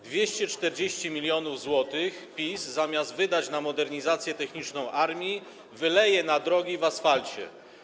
240 mln zł PiS, zamiast wydać na modernizację techniczną armii, wyleje na drogi, w asfalt.